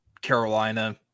Carolina